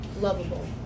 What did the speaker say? lovable